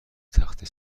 تخته